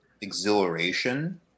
exhilaration